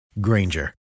Granger